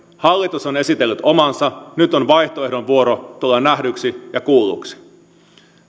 hallitus on esitellyt omansa nyt on vaihtoehdon vuoro tulla nähdyksi ja kuulluksi